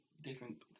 different